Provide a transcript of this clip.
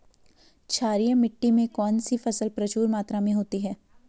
क्षारीय मिट्टी में कौन सी फसल प्रचुर मात्रा में होती है?